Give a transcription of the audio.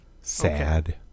sad